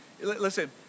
listen